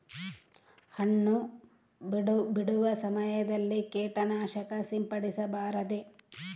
ಹಣ್ಣು ಬಿಡುವ ಸಮಯದಲ್ಲಿ ಕೇಟನಾಶಕ ಸಿಂಪಡಿಸಬಾರದೆ?